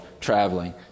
traveling